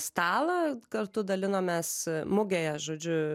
stalą kartu dalinomės mugėje žodžiu